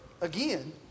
again